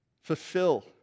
Fulfill